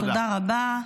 תודה רבה.